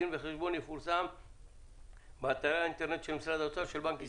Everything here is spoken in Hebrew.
הדין וחשבון יפורסם באתר האינטרנט של משרד האוצר ושל בנק ישראל".